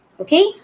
okay